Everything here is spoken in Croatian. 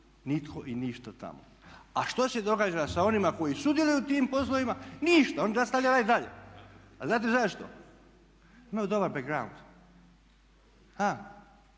nitko i ništa tamo. A što se događa sa onima koji sudjeluju u tim poslovima? Ništa, oni nastavljaju raditi dalje. A znate zašto? Imaju dobar background,